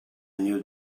knew